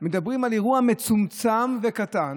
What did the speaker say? מדברים על אירוע מצומצם וקטן,